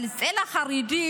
אבל אצל החרדים,